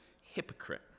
hypocrite